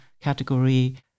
category